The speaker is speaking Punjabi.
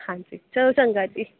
ਹਾਂਜੀ ਚਲੋ ਚੰਗਾ ਜੀ